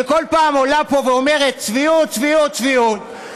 שכל פעם עולה פה ואומרת: צביעות, צביעות, צביעות.